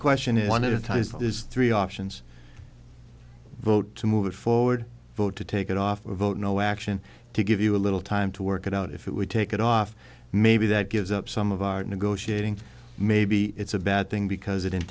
question is one of the times that is three options vote to move forward vote to take it off or vote no action to give you a little time to work it out if it would take it off maybe that gives up some of our negotiating maybe it's a bad thing because it in